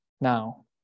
now